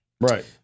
Right